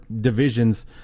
divisions